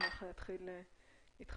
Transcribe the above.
נשמח להתחיל איתך.